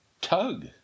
Tug